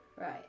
Right